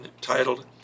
titled